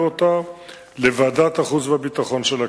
אותה לוועדת החוץ והביטחון של הכנסת.